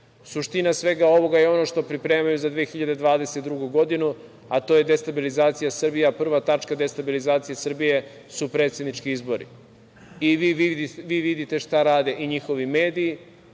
Suština svega ovoga je ono što pripremaju za 2022. godinu, a to je destabilizacija Srbije, a prva tačka destabilizacije Srbije su predsednički izbori. Vi vidite šta rade i njihovi mediji,